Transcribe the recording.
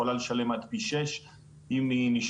בארץ וממשיכה לפעול ומוציאה את ה-IP,